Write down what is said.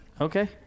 Okay